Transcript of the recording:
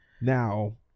Now